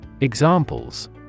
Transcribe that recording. Examples